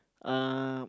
uh